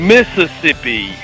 Mississippi